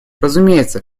разумеется